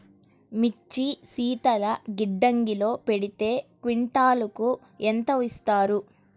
మిర్చి శీతల గిడ్డంగిలో పెడితే క్వింటాలుకు ఎంత ఇస్తారు?